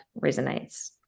resonates